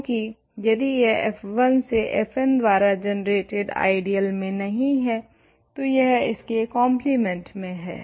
क्यूंकी यदि यह f1 से fn द्वारा जनरेटेड आइडियल में नहीं है तो यह इसके कोम्प्लेमेंट में है